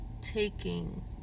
taking